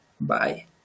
Bye